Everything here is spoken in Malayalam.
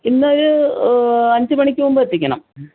ഇന്നൊരു അഞ്ചുമണിക്ക് മുമ്പ് എത്തിക്കണം